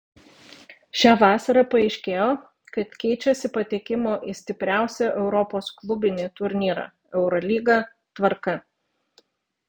šią vasarą paaiškėjo kad keičiasi patekimo į stipriausią europos klubinį turnyrą eurolygą tvarka